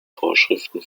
vorschriften